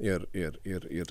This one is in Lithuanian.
ir ir ir ir